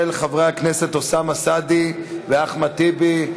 של חברי הכנסת אוסאמה סעדי ואחמד טיבי.